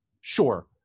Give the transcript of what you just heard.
sure